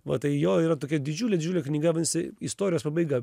va tai jo yra tokia didžiulė didžiulė knyga vadinasi istorijos pabaiga